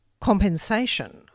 compensation